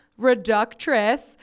Reductress